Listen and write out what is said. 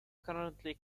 currently